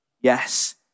yes